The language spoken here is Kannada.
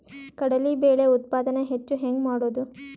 ಕಡಲಿ ಬೇಳೆ ಉತ್ಪಾದನ ಹೆಚ್ಚು ಹೆಂಗ ಮಾಡೊದು?